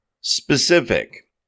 Specific